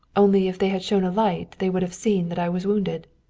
only if they had shown a light they would have seen that i was wounded.